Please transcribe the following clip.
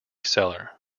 seller